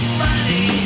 funny